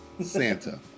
Santa